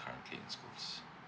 currently in schools